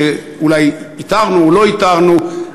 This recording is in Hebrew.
שאולי איתרנו או לא איתרנו,